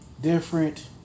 different